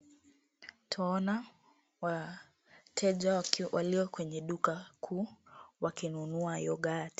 Twaona wateja walio kwenye duka kuu wakinunua yoghurt